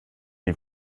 die